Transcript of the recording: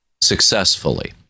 successfully